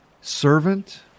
servant